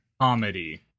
comedy